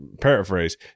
paraphrase